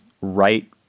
right